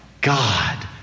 God